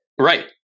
Right